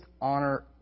honor